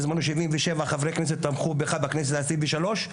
בזמנו 77 חברי כנסת תמכו בך בכנסת ה-23.